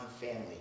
family